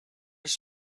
just